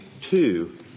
two